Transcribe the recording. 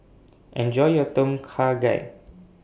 Enjoy your Tom Kha Gai